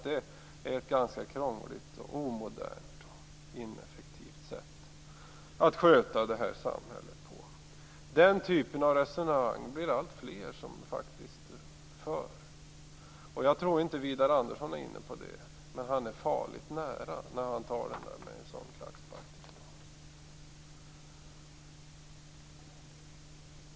Det är ett ganska krångligt, omodernt och ineffektivt sätt att sköta samhället på. Det blir alltfler som faktiskt för den typen av resonemang. Jag tror inte att Widar Andersson är inne på det, men han är farligt nära när han talar om riksdagen med en klackspark.